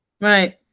Right